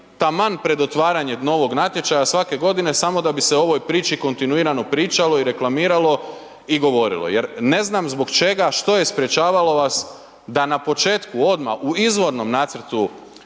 taman pred otvaranje novog natječaja, svake godine, samo da bi se o ovoj priči kontinuirano pričalo, reklamiralo i govorilo. Jer ne znam zbog čega, što je sprječavalo vas, da na početku, odmah u izvornom nacrtu